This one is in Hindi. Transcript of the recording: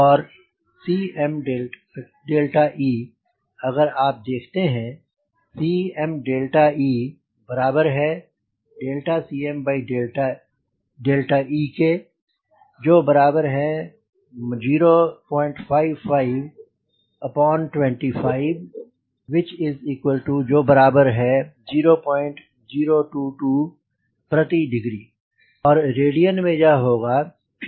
और Cme अगर आप देखते हैं CmeCme 05525 0022degree और रेडियन में यह होगा 57 3